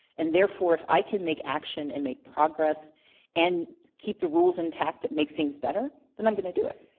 and therefore, if i can make action and make progress and keep the rules in tact that make things better, then i'm gonna do it.